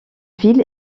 ville